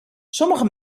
sommige